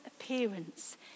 appearance